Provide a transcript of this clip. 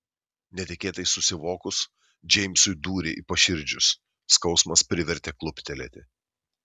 netikėtai susivokus džeimsui dūrė į paširdžius skausmas privertė kluptelėti